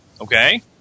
Okay